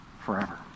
forever